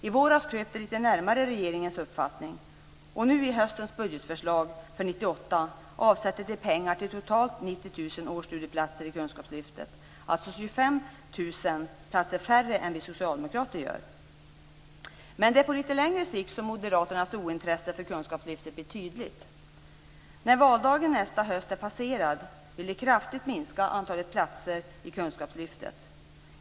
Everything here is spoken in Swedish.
I våras kröp de litet närmare regeringens uppfattning, och nu i höstens budgetförslag för 1998 avsätter de pengar till totalt 90 000 årsstudieplatser i kunskapslyftet - alltså 25 000 platser färre än vi socialdemokrater gör. Det är dock på litet längre sikt som moderaternas ointresse för kunskapslyftet blir tydligt. När valdagen nästa höst är passerad vill de kraftigt minska antalet platser i kunskapslyftet.